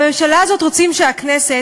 בממשלה הזאת רוצים שהכנסת,